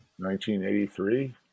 1983